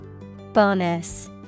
Bonus